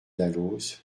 dalloz